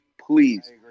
please